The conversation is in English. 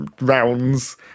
rounds